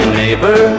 neighbor